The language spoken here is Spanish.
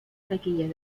taquillas